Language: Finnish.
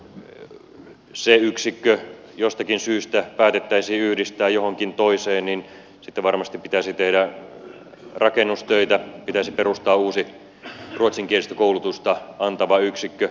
jos se yksikkö jostakin syystä päätettäisiin yhdistää johonkin toiseen niin sitten varmasti pitäisi tehdä rakennustöitä pitäisi perustaa uusi ruotsinkielistä koulutusta antava yksikkö jnp